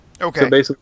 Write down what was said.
Okay